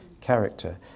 character